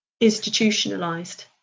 institutionalized